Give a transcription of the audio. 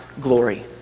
glory